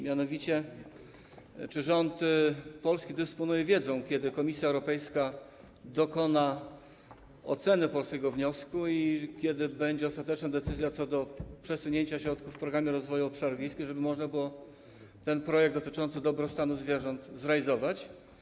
Mianowicie czy rząd polski dysponuje wiedzą, kiedy Komisja Europejska dokona oceny polskiego wniosku i kiedy będzie ostateczna decyzja co do przesunięcia środków w Programie Rozwoju Obszarów Wiejskich, żeby można było ten projekt dotyczący dobrostanu zwierząt zrealizować?